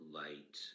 light